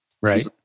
Right